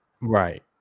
Right